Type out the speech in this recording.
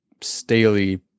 Staley